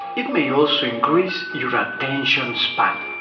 it may also increase your attention span.